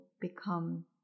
become